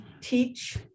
teach